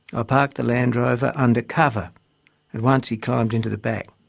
ah parked the landrover under cover. at once he climbed into the back.